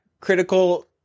critical